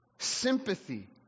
sympathy